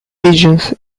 pigeons